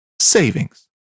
savings